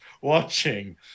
watching